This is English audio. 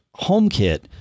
HomeKit